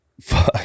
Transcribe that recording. fuck